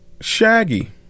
Shaggy